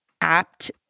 apt